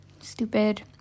stupid